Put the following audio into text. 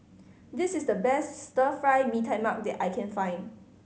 this is the best Stir Fry Mee Tai Mak that I can find